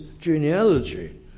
genealogy